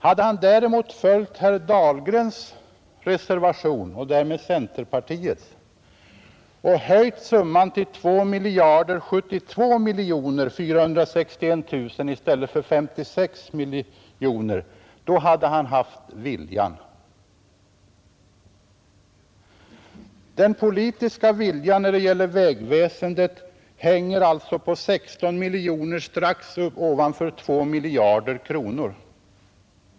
Hade han däremot följt herr Dahlgrens reservation och därmed centerpartiet och höjt summan till 2 072 461 000 kronor, då hade han haft viljan. Den politiska viljan när det gäller vägväsendet hänger alltså på 16 miljoner kronor strax ovanför 2 miljarder kronor.